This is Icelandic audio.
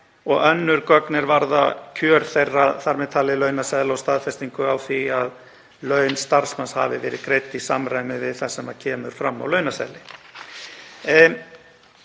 og önnur gögn er varða kjör þeirra, þar með talið launaseðla og staðfestingu á því að laun starfsmanns hafi verið greidd í samræmi við það sem kemur fram á launaseðli.